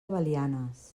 belianes